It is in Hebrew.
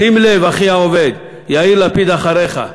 שים לב, אחי העובד, יאיר לפיד אחריך,